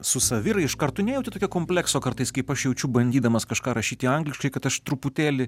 su saviraiška ar tu nejauti tokio komplekso kartais kaip aš jaučiu bandydamas kažką rašyti angliškai kad aš truputėlį